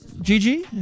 Gigi